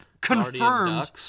confirmed